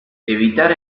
evitar